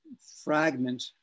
fragment